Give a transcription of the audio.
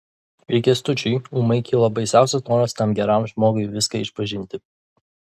ir kęstučiui ūmai kilo baisiausias noras tam geram žmogui viską išpažinti